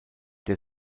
der